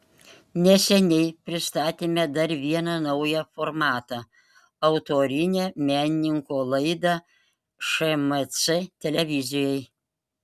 neseniai pristatėme dar vieną naują formatą autorinę menininko laidą šmc televizijai